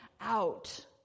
out